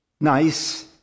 nice